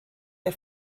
der